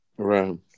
Right